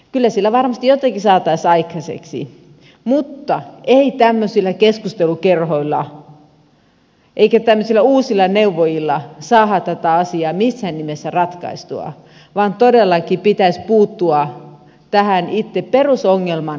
kyllä siellä varmasti jotakin saataisiin aikaiseksi mutta ei tämmöisillä keskustelukerhoilla eikä tämmöisillä uusilla neuvojilla saada tätä asiaa missään nimessä ratkaistua vaan todellakin pitäisi puuttua tähän itse perusongelman ratkaisemiseen